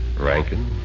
Rankin